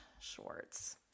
Schwartz